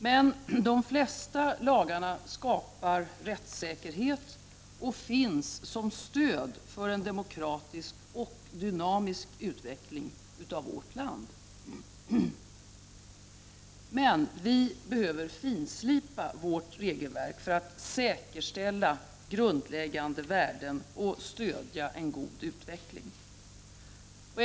Men de flesta lagarna skapar rättssäkerhet och finns som stöd för en demokratisk och dynamisk utveckling av vårt land. Vi behöver emellertid finslipa vårt regelverk för att säkerställa grundläggande värden och stödja en god utveckling.